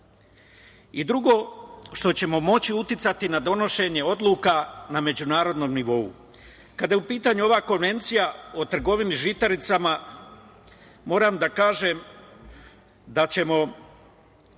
Drugo, što ćemo moći uticati na donošenje odluka na međunarodnom nivou. Kada je u pitanju ova Konvencija o trgovini žitaricama, moram da kažem da ćemo,